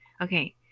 Okay